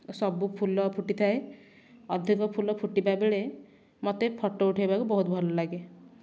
ସବୁ ଫୁଲ ଫୁଟି ଥାଏ ଅଧିକ ଫୁଲ ଫୁଟିବା ବେଳେ ମୋତେ ଫଟୋ ଉଠାଇବାକୁ ବହୁତ ଭଲ ଲାଗେ